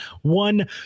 one